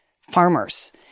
farmers